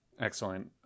Excellent